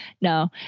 No